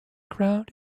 crowd